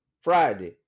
Friday